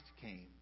came